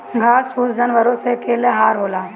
घास फूस जानवरो स के आहार होला